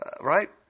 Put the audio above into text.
Right